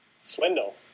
Swindle